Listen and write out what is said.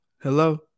Hello